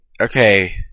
Okay